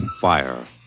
fire